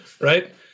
right